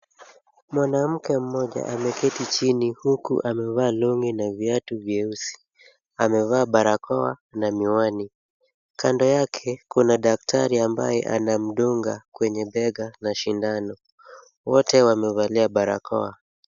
Mwanamke mmoja ameketi chini huku amevaa long'i na viatu vyeusi. Amevaa barakoa na miwani. Kando yake kuna daktari ambaye anamdunga kwenye bega na sindano. Wote wamevalia barakoa.